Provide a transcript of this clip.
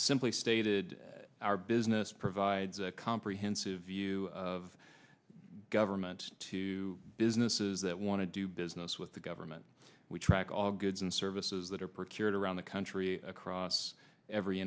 simply stated our business provides a comprehensive view of government to businesses that want to do business with the government we track all goods and services that are procured around the country across every